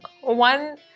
one